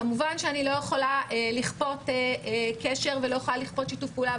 כמובן שאני לא יכולה לכפות קשר ושיתוף פעולה,